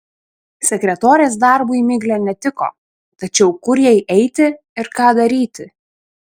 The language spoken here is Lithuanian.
sekretorės darbui miglė netiko tačiau kur jai eiti ir ką daryti